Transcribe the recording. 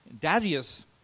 Darius